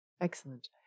Excellent